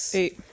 eight